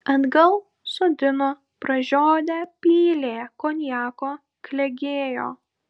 atgal sodino pražiodę pylė konjako klegėjo